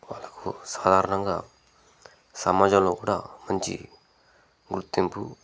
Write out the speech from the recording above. వాళ్ళకు సాధారణంగా సమాజంలో కూడా మంచి గుర్తింపు